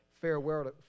farewell